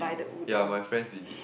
ya my friends we did